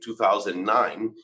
2009